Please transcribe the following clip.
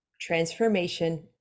transformation